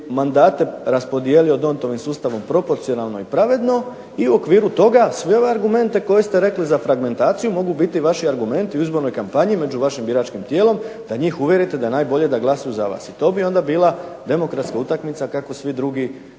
mandate raspodijelio Dontovim sustavom proporcionalno i pravedno i u okviru toga sve ove argumente koje ste rekli za fragmentaciju mogu biti vaši argumenti u izbornoj kampanji među vašim biračkim tijelom, da njih uvjerite da je najbolje da glasuju za vas, i to bi onda bila demokratska utakmica kako svi drugi